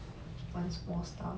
one small stuff